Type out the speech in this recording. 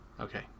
okay